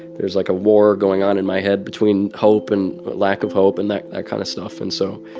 there's like a war going on in my head between hope and lack of hope and that kind of stuff. and so